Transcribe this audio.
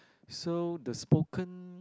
so the spoken